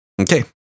Okay